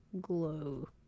glow